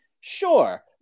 Sure